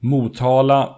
Motala